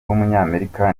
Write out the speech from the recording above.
w’umunyamerika